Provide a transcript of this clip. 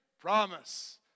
promise